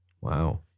Wow